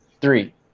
Three